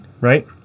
right